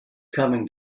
coming